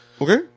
okay